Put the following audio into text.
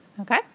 okay